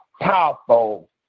powerful